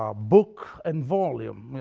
um book and volume,